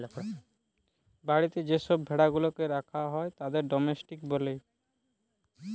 বাড়িতে যে সব ভেড়া গুলাকে রাখা হয় তাদের ডোমেস্টিক বলে